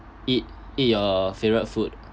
eat eat your favorite food